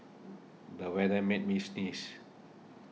the weather made me sneeze